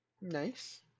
Nice